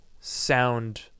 sound